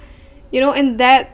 you know and that